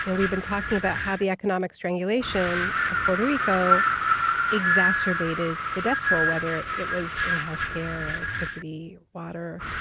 and we've been talking about how the economic strangulation of puerto rico exacerbated the death toll whether it was in healthcare or electricity, water,